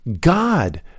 God